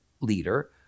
leader